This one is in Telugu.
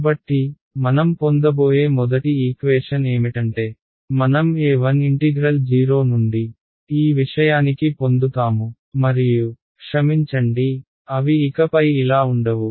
కాబట్టి మనం పొందబోయే మొదటి ఈక్వేషన్ ఏమిటంటే మనం a1 ఇంటిగ్రల్ 0 నుండి ఈ విషయానికి పొందుతాము మరియు క్షమించండి అవి ఇకపై ఇలా ఉండవు